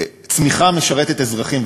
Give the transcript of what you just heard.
צמיחה משרתת אזרחים,